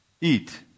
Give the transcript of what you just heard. eat